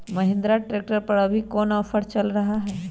Mahindra tractor पर अभी कोन ऑफर चल रहा है?